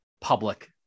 public